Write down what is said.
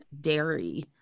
dairy